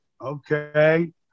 Okay